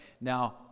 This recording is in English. Now